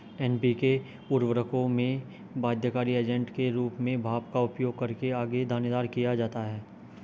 NPK उर्वरकों में बाध्यकारी एजेंट के रूप में भाप का उपयोग करके आगे दानेदार किया जाता है